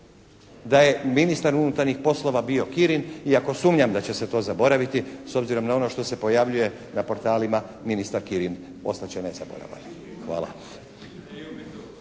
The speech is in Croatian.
da je ministar unutarnjih poslova bio Kirin i ako sumnjam da će se to zaboraviti s obzirom na ono što se pojavljuje na portalima ministar Kirin ostat će nezaboravan. Hvala.